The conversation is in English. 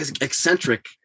eccentric